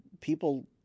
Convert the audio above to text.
people